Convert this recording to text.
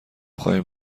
خواهیم